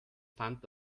fand